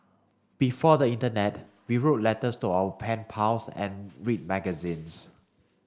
before the internet we wrote letters to our pen pals and read magazines